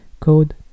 Code